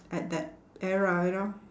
at that era you know